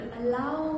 allow